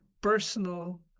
personal